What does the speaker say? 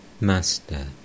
Master